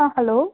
ஆ hello